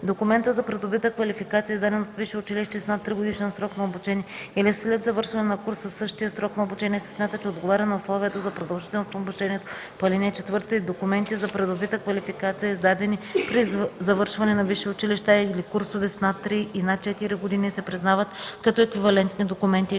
документа за придобита квалификация, издаден от висше училище с над тригодишен срок на обучение или след завършване на курс със същия срок на обучение се смята, че отговаря на условието за продължителност на обучението по ал. 4 и документите за придобита квалификация, издадени при завършване на висши училища или курсовете с над три и над 4 години се признават като еквивалентни документи